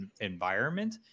environment